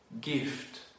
gift